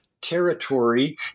territory